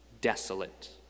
Desolate